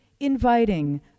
Inviting